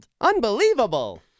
Unbelievable